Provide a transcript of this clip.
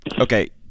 okay